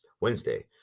Wednesday